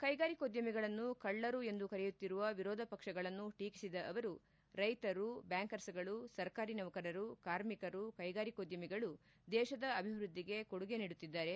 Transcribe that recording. ಕ್ಲೆಗಾರಿಕೋದ್ಯಮಿಗಳನ್ನು ಕಳ್ಳರು ಎಂದು ಕರೆಯುತ್ತಿರುವ ವಿರೋಧ ಪಕ್ಷಗಳನ್ನು ಟೀಕಿಸಿದ ಅವರು ರೈತರು ಬ್ಲಾಂಕರ್ಗಳು ಸರ್ಕಾರಿ ನೌಕರರು ಕಾರ್ಮಿಕರು ಕ್ಲೆಗಾರಿಕೋದ್ದಮಿಗಳು ದೇಶದ ಅಭಿವ್ವದ್ದಿಗೆ ಕೊಡುಗೆ ನೀಡುತ್ತಿದ್ದಾರೆ